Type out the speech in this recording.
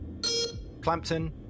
Clampton